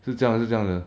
是这样是这样的